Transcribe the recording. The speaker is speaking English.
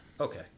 Okay